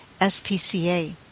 SPCA